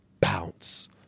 bounce